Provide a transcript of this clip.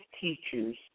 teachers